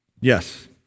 Yes